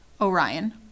Orion